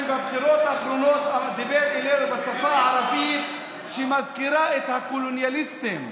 שבבחירות האחרונות דיבר אלינו בשפה ערבית שמזכירה את הקולוניאליסטים.